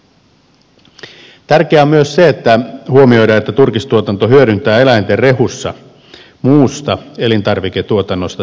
tärkeää on myös se että huomioidaan että turkistuotanto hyödyntää eläinten rehussa muusta elintarviketuotannosta syntyviä sivutuotteita